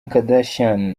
kardashian